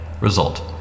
Result